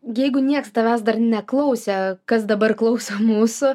jeigu niekas tavęs dar neklausė kas dabar klauso mūsų